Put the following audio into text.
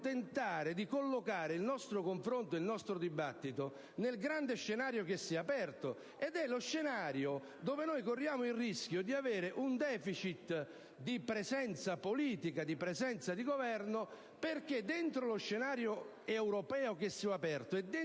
tentare di collocare il nostro confronto e il nostro dibattito nel grande scenario che si è aperto, dove noi corriamo il rischio di avere un deficit di presenza politica e di governo. Infatti, dentro lo scenario europeo che si è aperto e dentro